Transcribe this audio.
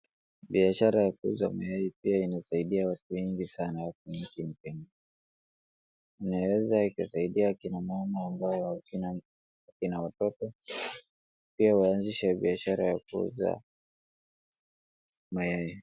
Biashara ya kuuza mayai pia inasaidia watu wengi sana hapa nchini Kenya. Inaweza ikasaidia akina mama ambao wakina, wakina watoto, pia waanzishe biashara ya kuuza mayai.